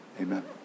Amen